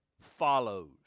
follows